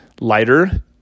lighter